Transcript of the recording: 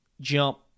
jump